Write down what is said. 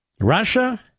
Russia